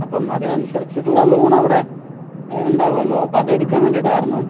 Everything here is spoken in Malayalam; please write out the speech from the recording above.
അപ്പം അതിനനുസരിച്ചിട്ടുള്ള ലോൺ അവിടെ ഉണ്ടാകുമല്ലോ അപ്പോൾ അതെടുക്കാൻ വേണ്ടിയിട്ടായിരുന്നു